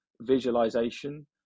visualization